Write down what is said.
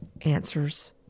answers